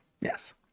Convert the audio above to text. Yes